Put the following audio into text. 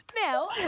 Now